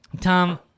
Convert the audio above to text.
Tom